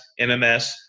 MMS